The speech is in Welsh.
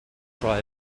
troi